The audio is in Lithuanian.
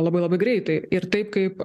labai labai greitai ir taip kaip